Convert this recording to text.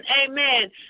amen